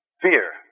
fear